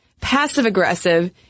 passive-aggressive